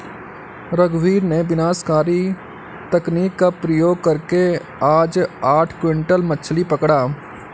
रघुवीर ने विनाशकारी तकनीक का प्रयोग करके आज आठ क्विंटल मछ्ली पकड़ा